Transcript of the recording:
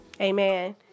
Amen